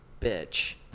bitch